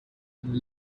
and